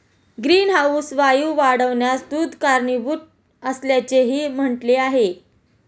greenhouse वायू वाढण्यास दूध कारणीभूत असल्याचेही म्हटले आहे